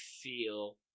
feel